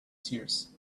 seers